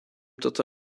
toto